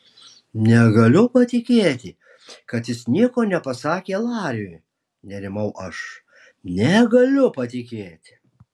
negaliu patikėti kad jis nieko nepasakė lariui nerimau aš negaliu patikėti